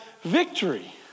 victory